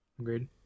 Agreed